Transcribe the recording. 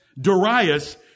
Darius